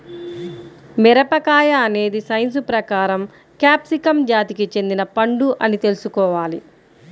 మిరపకాయ అనేది సైన్స్ ప్రకారం క్యాప్సికమ్ జాతికి చెందిన పండు అని తెల్సుకోవాలి